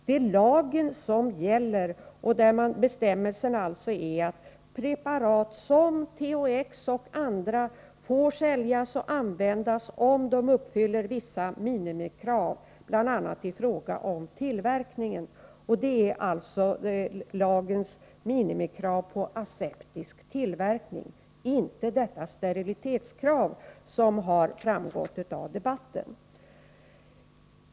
Det är lagen som gäller, och bestämmelserna är att preparat som THX får säljas och användas, om de uppfyller vissa minimikrav, bl.a. rörande tillverkning. Här är det alltså fråga om lagens minimikrav på aseptisk tillverkning. Det rör sig alltså inte om det sterilitetskrav som det talats om i debatten.